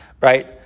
Right